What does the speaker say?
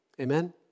Amen